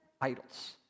idols